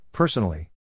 Personally